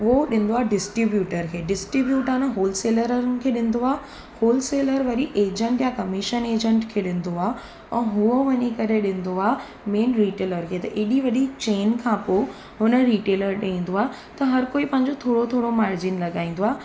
उहो ॾींदो आहे डिस्टीब्यूटर खे डिस्टीब्यूटर आहे न होलसेलरनि खे ॾींदो आहे होलसेलर वरी एजंट या कमीशन एजंट खे ॾींदो आहे ऐं उहो वञी करे ॾींदो आहे मेन रिटेलर खे त हेॾी वॾी चेन खां पोइ हुन रिटेलर ॾे ईंदो आहे त हर कोई पंहिंजो थोरो थोरो मार्जिन लॻाईंदो आहे